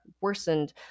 worsened